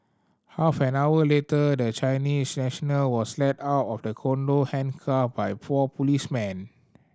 half an hour later the Chinese national was led out of the condo handcuffed by four policemen